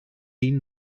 dean